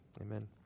Amen